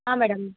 ಹಾಂ ಮೇಡಮ್